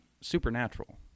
Supernatural